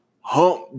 Hump